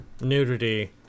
nudity